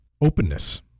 Openness